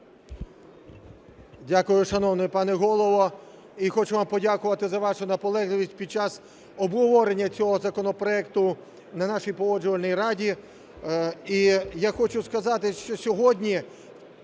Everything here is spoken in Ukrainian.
Дякую, шановний пане Голово. І хочемо подякувати за вашу наполегливість під час обговорення цього законопроекту на нашій Погоджувальній раді. І я хочу сказати, що сьогодні